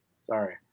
Sorry